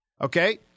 Okay